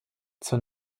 zur